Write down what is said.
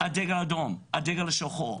דגל אדום, דגל שחור.